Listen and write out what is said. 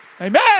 Amen